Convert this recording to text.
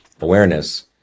awareness